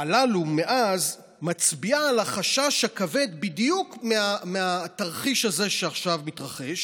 מאז מצביעה על החשש הכבד בדיוק מהתרחיש הזה שעכשיו מתרחש,